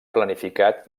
planificat